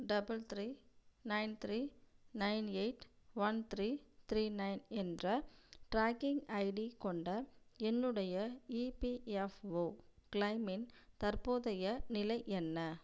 double three nine three nine eight one three three nine என்ற tracking ID கொண்ட என்னுடைய EPFO கிளெய்மின் தற்போதைய நிலை என்ன